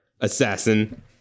Assassin